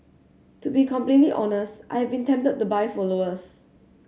to be completely honest I have been tempted to buy followers